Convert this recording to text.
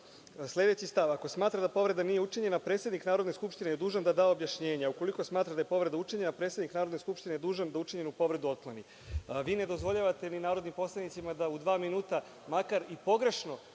minuta. Sledeći stav – ako smatra da povreda nije učinjena, predsednik Narodne skupštine je dužan da da objašnjenje, a ukoliko smatra da je povreda učinjena, predsednik Narodne skupštine je dužan da učinjenu povredu otkloni. Vi ne dozvoljavate ni narodnim poslanicima da u dva minuta, makar i pogrešno,